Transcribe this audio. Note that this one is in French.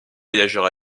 voyageurs